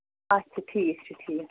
اَچھا ٹھیٖک چھُ ٹھیٖک